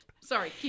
Sorry